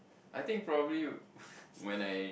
I think probably when I